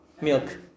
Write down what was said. Milk